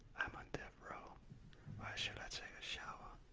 i'm on death row. why should i take a shower?